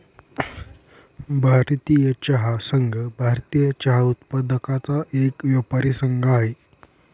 भारतीय चहा संघ, भारतीय चहा उत्पादकांचा एक व्यापारी संघ आहे